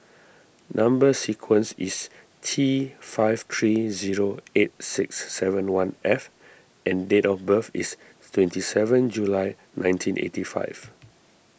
Number Sequence is T five three zero eight six seven one F and date of birth is twenty seven July nineteen eighty five